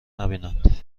نبینند